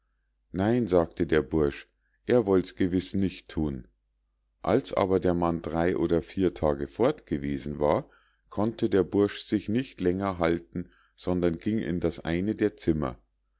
nein sagte der bursch er wollt's gewiß nicht thun als aber der mann drei oder vier tage fort gewesen war konnte der bursch sich nicht länger halten sondern ging in das eine der zimmer